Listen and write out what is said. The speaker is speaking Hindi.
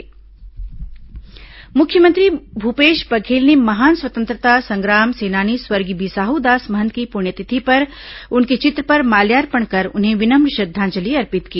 बिसाहू दास महन्त पुण्यतिथि मुख्यमंत्री भूपेश बघेल ने महान स्वतंत्रता संग्राम सेनानी स्वर्गीय बिसाहू दास महन्त की पुण्यतिथि पर उनके चित्र पर माल्यार्पण कर उन्हें विनम्र श्रद्वांजलि अर्पित की